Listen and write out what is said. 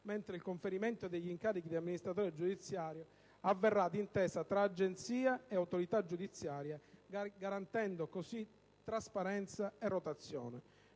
mentre il conferimento degli incarichi di amministratore giudiziario avverrà d'intesa tra Agenzia e autorità giudiziaria, garantendo così trasparenza e rotazione.